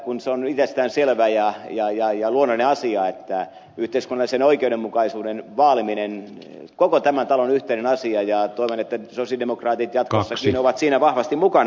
kun se on itsestäänselvä ja luonnollinen asia että yhteiskunnallisen oikeudenmukaisuuden vaaliminen on koko tämän talon yhteinen asia niin toivon että sosialidemokraatit jatkossakin ovat siinä vahvasti mukana